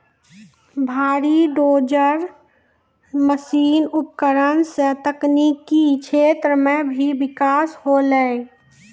भारी dozer machine उपकरण सें तकनीकी क्षेत्र म भी बिकास होलय